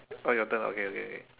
orh your turn oh okay okay